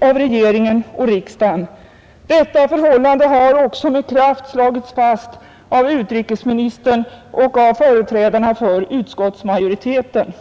av regering och riksdag. Detta förhållande har också med kraft slagits fast av utrikesministern och företrädarna för utskottsmajoriteten.